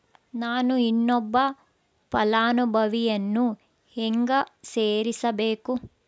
ನಾನು ಇನ್ನೊಬ್ಬ ಫಲಾನುಭವಿಯನ್ನು ಹೆಂಗ ಸೇರಿಸಬೇಕು?